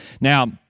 Now